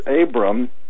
Abram